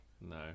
No